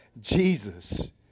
Jesus